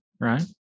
right